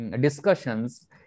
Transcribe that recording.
discussions